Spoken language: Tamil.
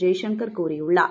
ஜெய்சங்கர் கூறியுள்ளார்